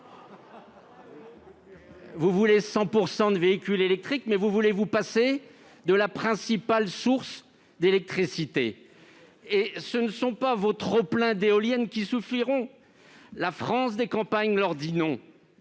Vous voulez 100 % de véhicules électriques, mais vous voulez vous passer de la principale source d'électricité, et ce n'est pas votre trop-plein d'éoliennes qui suffira. La France des campagnes leur dit non